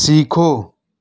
سیکھو